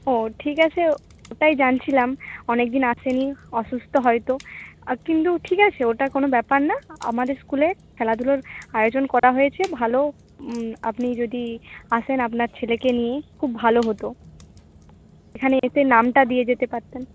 ও ঠিক আছে ওটাই জানছিলাম অনেক দিন আসেনি অসুস্থ হয়তো কিন্তু ঠিক আছে ওটা কোনো ব্যাপার না আমাদের স্কুলে খেলাধুলোর আয়োজন করা হয়েছে ভালো আপনি যদি আসেন আপনার ছেলেকে নিয়ে খুব ভালো হতো এখানে এসে নামটা দিয়ে যেতে পারতেন